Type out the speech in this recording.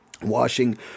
Washing